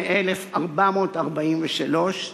מ-468,443 תיקים,